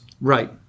Right